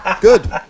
good